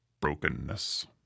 brokenness